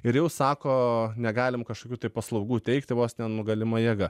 ir jau sako negalim kažkokių tai paslaugų teikti vos nenugalima jėga